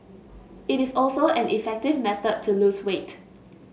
it is also an effective method to lose weight